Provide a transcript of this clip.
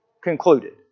concluded